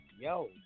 yo